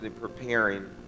preparing